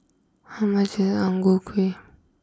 how much is Ang Ku Kueh